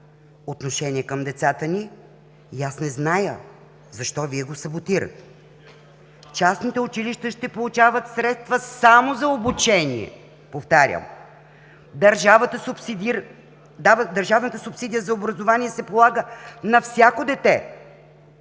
отношение към децата ни и не знам защо Вие го саботирате. Частните училища ще получават средства само за обучение, повтарям. Държавната субсидия за образование се полага на всяко дете.